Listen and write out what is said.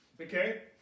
okay